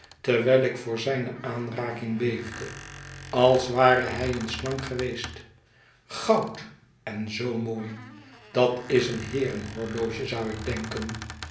terwijl ik voor zijne aanraking beefde als ware hij eene slang geweest goud en zoo mooil dat is een heeren horloge zou ik denken